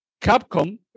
Capcom